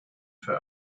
für